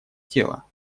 тела